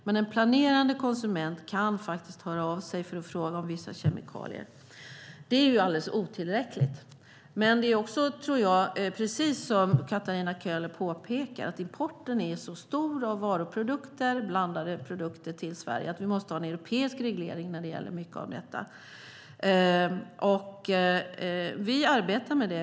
Men en planerande konsument kan faktiskt höra av sig för att fråga om vissa kemikalier. Det är alldeles otillräckligt. Som Katarina Köhler påpekar är importen av blandade produkter till Sverige så stor att vi måste ha en europeisk reglering när det gäller mycket av denna. Vi arbetar med det.